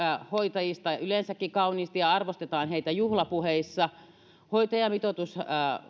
hoitajista yleensäkin ja arvostetaan heitä juhlapuheissa mutta hoitajamitoitus